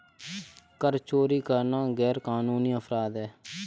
कर चोरी करना गैरकानूनी अपराध है